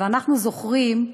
ואנחנו זוכרים,